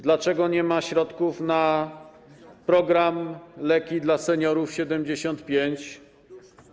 Dlaczego nie ma środków na program leki dla seniorów 75+?